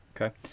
Okay